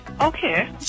Okay